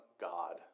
God